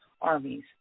armies